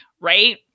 right